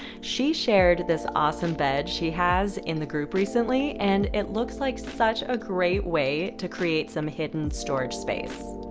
she shared this awesome bed she has in the group recently, and it looks like such a great way to create some hidden storage space.